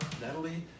Natalie